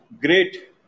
great